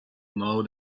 know